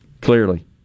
clearly